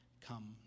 come